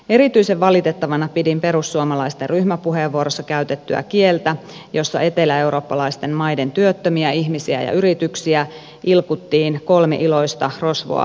erityisen valitettavana pidin perussuomalaisten ryhmäpuheenvuorossa käytettyä kieltä jossa eteläeurooppalaisten maiden työttömiä ihmisiä ja yrityksiä ilkuttiin kolme iloista rosvoa lastenlaululla